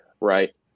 right